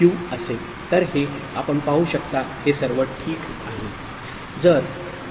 तर हे आपण पाहू शकता हे सर्व ठीक आहे